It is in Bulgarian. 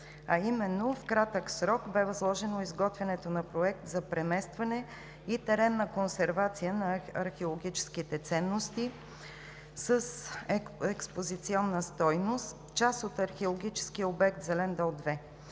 а именно: в кратък срок бе възложено изготвянето на Проект за преместване и теренна консервация на археологическите ценности с експозиционна стойност, част от археологическия обект „Зелен дол –